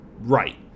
Right